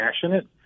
passionate